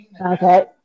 Okay